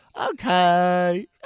okay